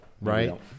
Right